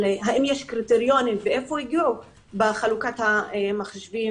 האם יש קריטריונים בחלוקת המחשבים